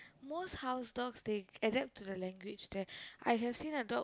most house dog they adapt to the language that I have seen a dog